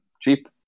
Cheap